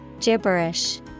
Gibberish